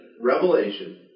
revelation